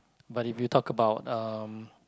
but if you talk about um